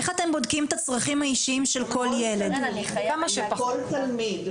כל תלמיד,